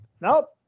nope